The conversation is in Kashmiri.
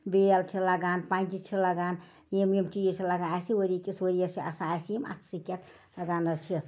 بیل چھِ لَگان پَنٛجہِ چھِ لگان یِم یِم چیٖز چھِ لَگان اَسہِ ؤری کِس ؤرِیَس چھِ آسان اَسہِ یِم اَتھسٕے کٮ۪تھ